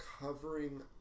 covering